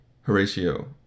Horatio